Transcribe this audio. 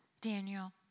Daniel